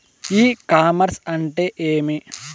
ఇ commerce అంటే ఏమి?